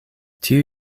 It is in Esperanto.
tiu